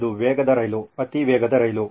ಇದು ವೇಗದ ರೈಲು ಅತಿ ವೇಗದ ರೈಲು